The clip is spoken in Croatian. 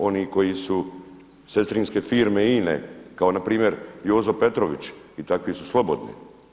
Oni koji su sestrinske firme INA-e kao na primjer Jozo Petrović i takvi su slobodni.